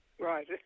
right